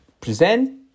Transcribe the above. present